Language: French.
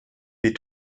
les